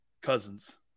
cousins